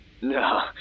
No